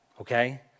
okay